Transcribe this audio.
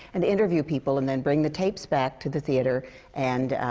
and interview people and then bring the tapes back to the theatre and